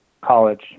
college